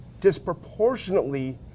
disproportionately